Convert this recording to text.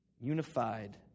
Unified